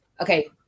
Okay